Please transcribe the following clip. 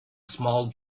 small